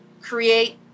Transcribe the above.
create